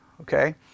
Okay